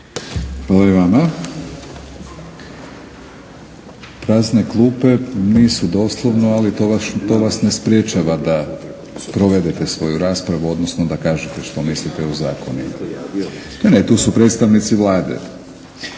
Hvala i vama. Prazne klupe, nisu doslovno ali to vas ne sprječava da sprovedete svoju raspravu, odnosno da kažete što mislite o zakonima. … /Upadica se